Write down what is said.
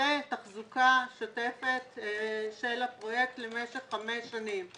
ותחזוקה שוטפת של הפרויקט למשך חמש שנים.